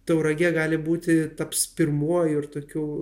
tauragė gali būti taps pirmuoju ir tokiu